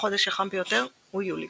החודש החם ביותר הוא יולי